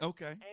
Okay